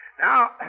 Now